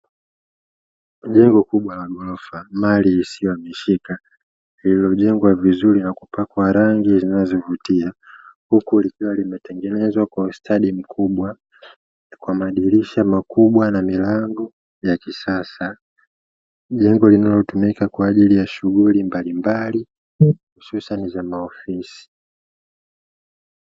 Jengo kubwa la ghorofa mali isiyohamishika lililojengwa vizuri na kupakwa rangi zinazovutia, huku likiwa limetengenezwa kwa ustadi mkubwa kwa madirisha makubwa na milango ya kisasa; jengo linalotumika kwa ajili ya shughuli mbalimbali hususani za maofisi.